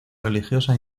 religiosa